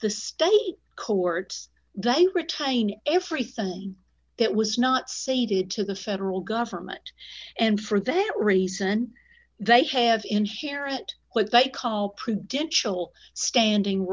the state courts they retain everything that was not sated to the federal government and for that reason they have inherent what they call prudential standing